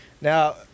Now